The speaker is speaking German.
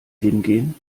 hingehen